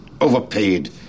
overpaid